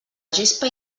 gespa